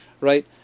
right